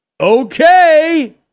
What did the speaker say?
Okay